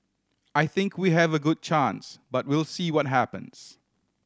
I think we have a good chance but we'll see what happens